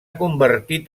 convertit